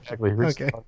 Okay